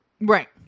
Right